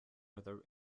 river